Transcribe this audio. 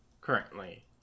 Currently